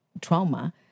trauma